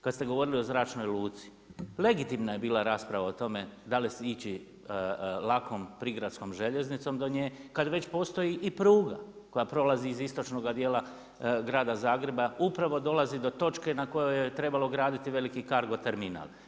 Kada ste govorili o zračnoj luci, legitimna je bila rasprava o tome da li ići lakom prigradskom željeznicom do nje kada već postoji i pruga koja prolazi iz istočnoga dijela grada Zagreba, upravo dolazi do točke na kojoj je trebalo graditi veliki cargo terminal.